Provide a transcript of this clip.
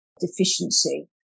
deficiency